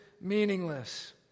meaningless